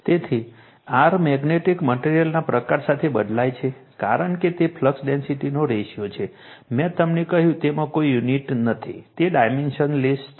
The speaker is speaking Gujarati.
તેથી r મેગ્નેટિક મટેરીઅલના પ્રકાર સાથે બદલાય છે કારણ કે તે ફ્લક્સ ડેન્સિટીનો રેશિયો છે મેં તમને કહ્યું તેમાં કોઈ યુનિટ નથી તે ડાયમેન્શનલેસ છે